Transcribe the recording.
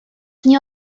nie